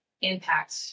impact